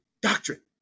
doctrine